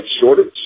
shortage